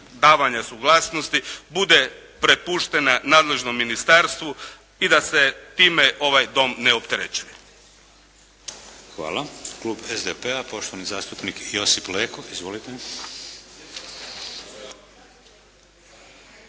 davanja suglasnosti bude prepuštena nadležnom ministarstvu i da se time ovaj Dom ne opterećuje. **Šeks, Vladimir (HDZ)** Hvala. Klub SDP-a, poštovani zastupnik Josip Leko. Izvolite.